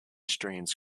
strands